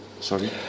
Sorry